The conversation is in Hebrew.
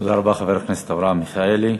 תודה רבה, חבר הכנסת אברהם מיכאלי.